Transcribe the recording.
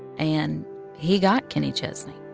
and he got kenny chesney.